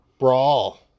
Brawl